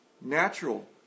natural